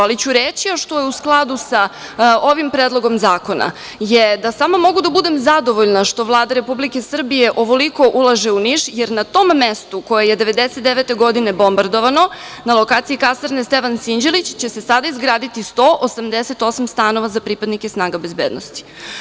Ali ću reći, što je u skladu sa ovim Predlogom zakona, da samo mogu da budem zadovoljna što Vlada Republike Srbije ovoliko ulaže u Niš, jer na tom mestu koje je 1999. godine bombardovano, na lokaciji kasarne „Stevan Sinđelić“ će se sada izgraditi 188 stanova pripadnike snaga bezbednosti.